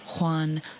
Juan